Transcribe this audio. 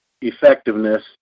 effectiveness